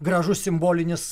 gražus simbolinis